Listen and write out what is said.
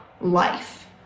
life